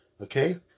Okay